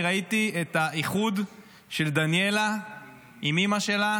אני ראיתי את האיחוד של דניאלה עם אימא שלה